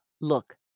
Look